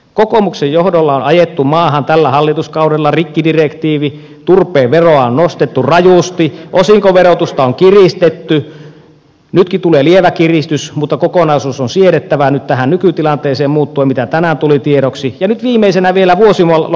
kokoomuksen johdolla on ajettu maahan tällä hallituskaudella rikkidirektiivi turpeen veroa on nostettu rajusti osinkoverotusta on kiristetty nytkin tulee lievä kiristys mutta kokonaisuus on siedettävä nyt tähän nykytilanteeseen nähden siinä mitä tänään tuli tiedoksi ja nyt viimeisenä vielä vuosilomalain muutos